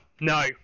no